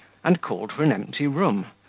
and called for an empty room,